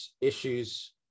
issues